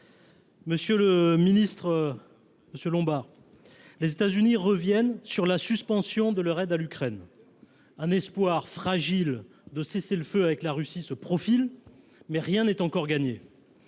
souveraineté industrielle et numérique, les États Unis reviennent sur la suspension de leur aide à l’Ukraine. Un espoir fragile de cessez le feu avec la Russie se profile, mais rien n’est encore gagné.